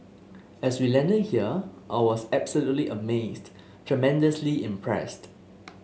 as we landed here I was absolutely amazed tremendously impressed